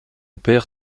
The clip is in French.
père